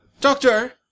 Doctor